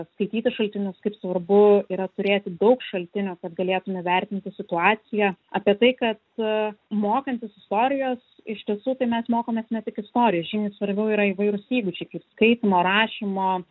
skaityti šaltinius kaip svarbu yra turėti daug šaltinių kad galėtum įvertinti situaciją apie tai kad mokantis istorijos iš tiesų tai mes mokomės ne tik istorijos žymiai svarbiau yra įvairūs įgūdžiai kaip skaitymo rašymo